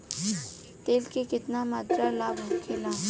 तेल के केतना मात्रा लाभ होखेला?